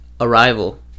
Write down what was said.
arrival